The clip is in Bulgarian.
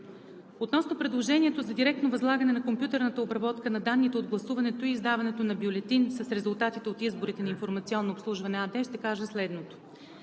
Относно предложението за директно възлагане на компютърната обработка на данните от гласуването и издаването на бюлетин с резултатите от изборите на „Информационно обслужване“ АД ще кажа следното: